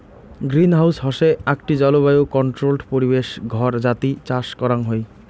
greenhouse হসে আকটি জলবায়ু কন্ট্রোল্ড পরিবেশ ঘর যাতি চাষ করাং হই